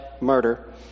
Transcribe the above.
murder